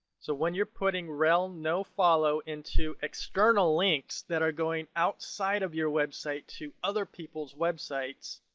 so when you're putting rel nofollow into external links that are going outside of your website to other people's websites,